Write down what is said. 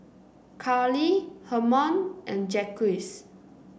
Carlee Hermon and Jacquez